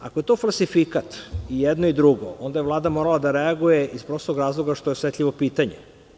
Ako je to falsifikat i jedno i drugo, onda je Vlada morala da reaguje iz prostog razloga zato što je osetljivo pitanje.